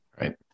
Right